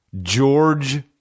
George